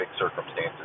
circumstances